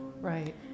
Right